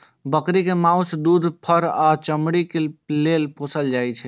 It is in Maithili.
बकरी कें माउस, दूध, फर आ चमड़ी लेल पोसल जाइ छै